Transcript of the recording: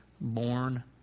Born